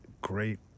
great